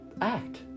act